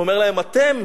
אומר להם: אתם,